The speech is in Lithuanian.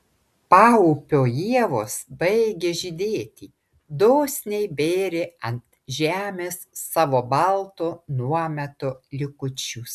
paupio ievos baigė žydėti dosniai bėrė ant žemės savo balto nuometo likučius